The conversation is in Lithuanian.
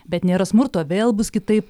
bet nėra smurto vėl bus kitaip